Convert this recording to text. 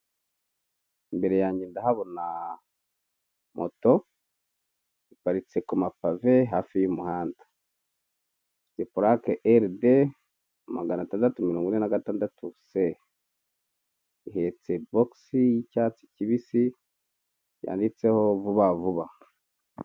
Imbere yanjye ndahabona moto iparitse ku mapave hafi y'umuhanda, ifite purake RB magana atandatu mirongo ine n'agatandatu C, ihetse bogisi y'icyatsi kibisi yanditseho vubavuba.